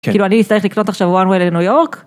כאילו אני אצטרך לקנות עכשיו one way לניו יורק.